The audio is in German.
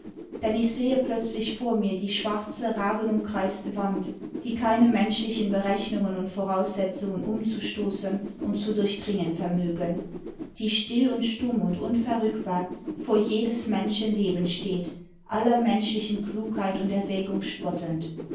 denn ich sehe plötzlich vor mir die schwarze rabenumkreiste wand die keine menschlichen berechnungen und voraussetzungen umzustoßen und zu durchdringen vermögen die still und stumm und unverrückbar vor jedes menschen leben steht aller menschlichen klugheit und erwägimg spottend